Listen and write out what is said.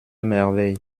merveille